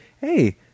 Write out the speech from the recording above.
Hey